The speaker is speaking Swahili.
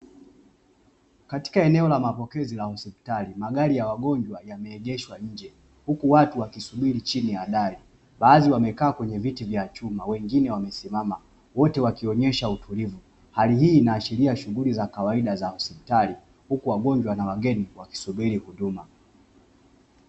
Katika eneo la mapokezi la hospitali, magari ya wagonjwa yameegeshwa nje huku watu wakisubiri chini ya dari. Baadhi wamekaa kwenye viti vya chuma wengine wamesimama; wote wakionyesha utulivu. Hali hii inaashiria shughuli za kawaida za hospitali huku wagonjwa na wageni wakisubiri huduma.